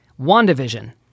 wandavision